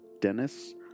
Dennis